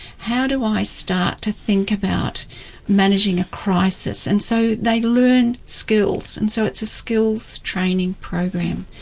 how do i start to think about managing a crisis? and so they learn skills and so it's a skills training program.